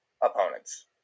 opponents